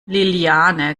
liliane